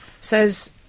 says